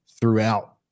throughout